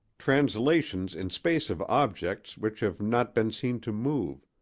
translations in space of objects which have not been seen to move,